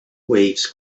waves